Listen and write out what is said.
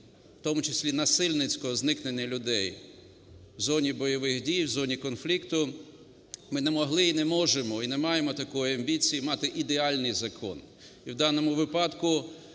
в тому числі насильницького зникнення людей в зоні бойових дій, в зоні конфлікту, ми не могли і не можемо, і не маємо такої амбіції мати ідеальний закон.